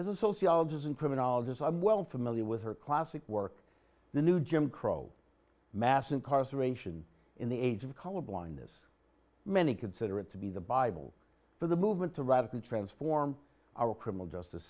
as a sociologist and criminologist i'm well familiar with her classic work the new jim crow mass incarceration in the age of colorblindness many consider it to be the bible for the movement to radically transform our criminal justice